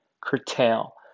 curtail